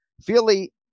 Feely